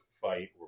fight